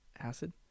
acid